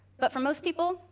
but, for most people,